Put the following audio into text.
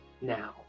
now